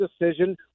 decision